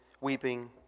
weeping